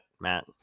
Matt